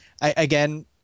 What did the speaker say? again